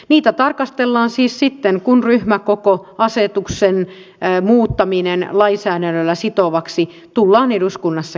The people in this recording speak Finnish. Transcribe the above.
niitä tarkastellaan siis sitten kun ryhmäkokoasetuksen muuttaminen lainsäädännöllä sitovaksi tullaan eduskunnassa käsittelemään